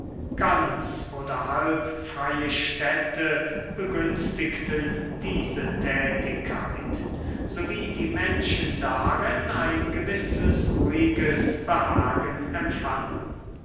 ganz oder halb freie städte begünstigten diese tätigkeit so wie die menschen darin ein gewisses ruhiges behagen empfanden